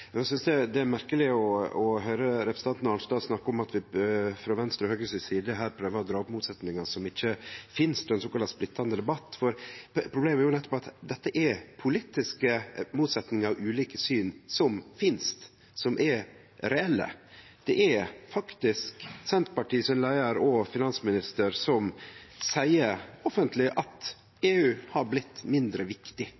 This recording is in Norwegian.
Eg synest det er merkeleg å høyre representanten Arnstad snakke om at vi frå Venstre og Høgre si side her prøver å dra opp motsetningar som ikkje finst, og ein såkalla splittande debatt. Problemet er jo at dette er politiske motsetningar og ulike syn som finst, som er reelle; det er faktisk leiaren i Senterpartiet og finansministeren som seier offentleg at